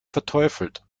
verteufelt